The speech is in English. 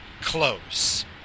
close